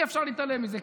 אי-אפשר להתעלם מזה.